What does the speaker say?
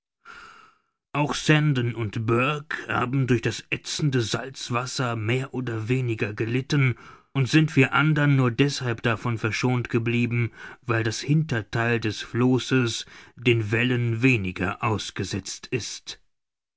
auch sandon und burke haben durch das ätzende salzwasser mehr oder weniger gelitten und sind wir andern nur deshalb davon verschont geblieben weil das hintertheil des flosses den wellen weniger ausgesetzt ist